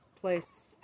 place